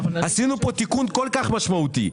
עשינו פה תיקון כל כך משמעותי,